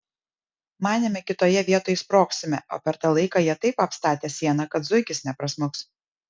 manėme kitoje vietoj smogsime o per tą laiką jie taip apstatė sieną kad zuikis neprasmuks